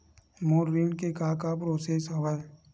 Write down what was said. मोर ऋण के का का प्रोसेस हवय?